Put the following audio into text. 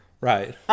right